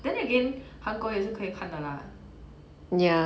then again 韩国也是可以看的 lah